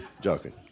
joking